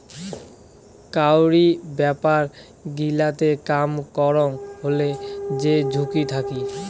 কাউরি ব্যাপার গিলাতে কাম করাং হলে যে ঝুঁকি থাকি